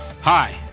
Hi